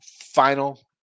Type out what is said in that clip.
Final